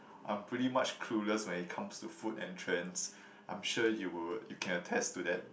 I'm pretty much clueless when it comes to food and trends I'm sure you would you can attest to that